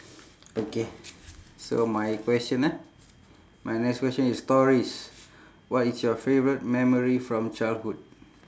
okay so my question ah my next questions is stories what is your favourite memory from childhood